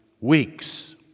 weeks